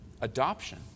Adoption